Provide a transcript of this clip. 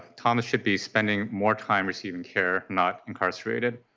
thomas should be spending more time receiving care, not incarcerated.